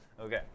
okay